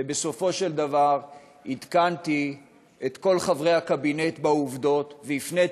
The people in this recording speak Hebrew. ובסופו של דבר עדכנתי את כל חברי הקבינט בעובדות והפניתי